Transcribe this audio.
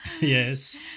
Yes